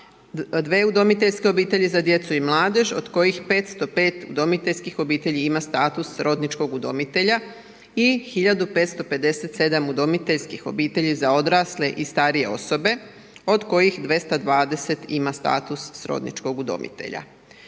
492 udomiteljske obitelji za djecu i mladež od kojih 505 udomiteljskih obitelji ima status srodničkog udomitelja i hiljadu 557 udomiteljskih obitelji za odrasle i starije osobe od kojih 220 ima status srodničkog udomitelja.